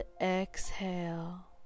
exhale